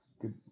good